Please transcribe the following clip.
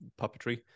puppetry